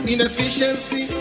Inefficiency